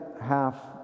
half